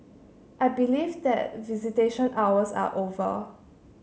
I believe that visitation hours are over